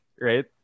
right